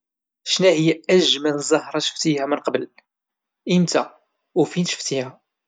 شناهيا اجمل زهرة شفتيها من قبل، ايمتا وفين شفتيها؟